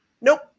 nope